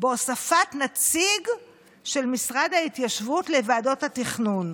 בהוספת נציג של משרד ההתיישבות לוועדות התכנון.